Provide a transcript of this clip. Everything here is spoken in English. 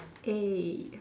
eh